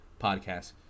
podcast